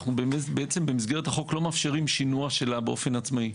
אנחנו בעצם במסגרת החוק לא מאפשרים שינוע שלה באופן עצמאי.